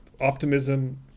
optimism